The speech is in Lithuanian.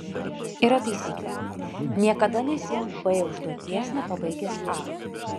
yra taisyklė niekada nesiimk b užduoties nepabaigęs a